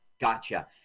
gotcha